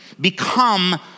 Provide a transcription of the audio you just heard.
Become